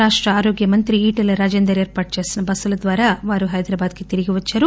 రాష్ట ఆరోగ్య మంత్రి ఈటెల రాజేందర్ ఏర్పాటు చేసిన బస్సుల ద్వారా వారు హైదరాబాద్ తిరిగి వచ్చారు